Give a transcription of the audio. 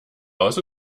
aus